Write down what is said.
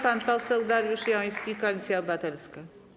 Pan poseł Dariusz Joński, Koalicja Obywatelska.